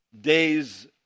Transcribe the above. days